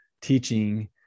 teaching